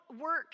work